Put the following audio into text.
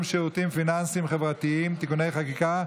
שירותים פיננסיים חברתיים (תיקוני חקיקה),